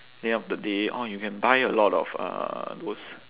end of the day orh you can buy a lot of uh those